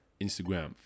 instagram